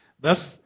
Thus